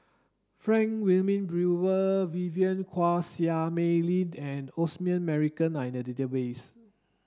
Frank Wilmin Brewer Vivien Quahe Seah Mei Lin and Osman Merican are in the database